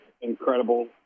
incredible